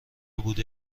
بوده